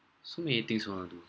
so many things want to do